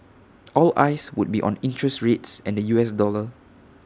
all eyes would be on interest rates and the U S dollar